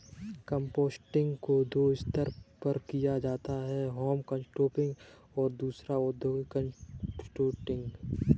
composting को दो स्तर पर किया जाता है होम कंपोस्टिंग और दूसरा औद्योगिक कंपोस्टिंग